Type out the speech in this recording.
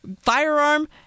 firearm